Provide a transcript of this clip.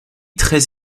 très